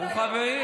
הוא חברי.